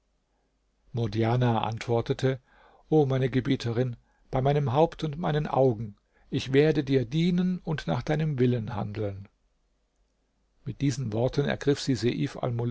murdjana antwortete o meine gebieterin bei meinem haupt und meinen augen ich werde dir dienen und nach deinem willen handeln mit diesen worten ergriff sie seif